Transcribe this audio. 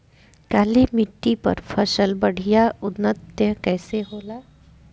काली मिट्टी पर फसल बढ़िया उन्नत कैसे होला?